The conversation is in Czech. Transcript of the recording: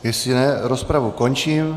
Jestli ne, rozpravu končím.